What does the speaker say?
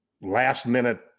last-minute